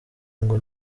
ngo